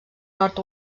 nord